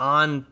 on